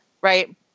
right